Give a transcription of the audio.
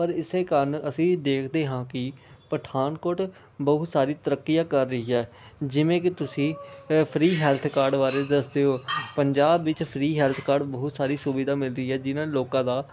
ਪਰ ਇਸੇ ਕਾਰਨ ਅਸੀਂ ਦੇਖਦੇ ਹਾਂ ਕਿ ਪਠਾਨਕੋਟ ਬਹੁਤ ਸਾਰੀ ਤਰੱਕੀਆਂ ਕਰ ਰਹੀ ਹੈ ਜਿਵੇਂ ਕਿ ਤੁਸੀਂ ਫ੍ਰੀ ਹੈਲਥ ਕਾਰਡ ਬਾਰੇ ਦੱਸ ਦਿਓ ਪੰਜਾਬ ਵਿੱਚ ਫ੍ਰੀ ਹੈਲਥ ਕਾਰਡ ਬਹੁਤ ਸਾਰੀ ਸੁਵਿਧਾ ਮਿਲਦੀ ਹੈ ਜਿਹਨਾਂ ਲੋਕਾਂ ਦਾ